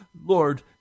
Lord